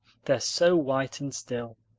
they're so white and still,